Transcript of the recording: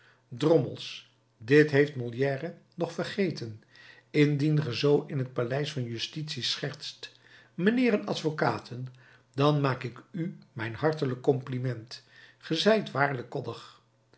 drommels dit heeft molière nog vergeten indien ge zoo in het paleis van justitie schertst mijnheeren advocaten dan maak ik u mijn hartelijk compliment ge zijt waarlijk koddig